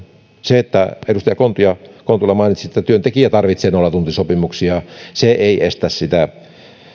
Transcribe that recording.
se että edustaja kontula kontula mainitsi että työntekijä tarvitsee nollatuntisopimuksia ei estä